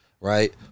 right